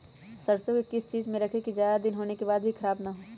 सरसो को किस चीज में रखे की ज्यादा दिन होने के बाद भी ख़राब ना हो?